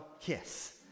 kiss